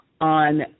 on